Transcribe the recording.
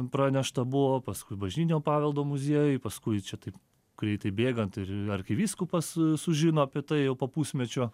pranešta buvo paskui bažnytinio paveldo muziejui paskui čia tai greitai bėgant ir arkivyskupas sužino apie tai jau po pusmečio